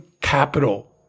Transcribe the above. capital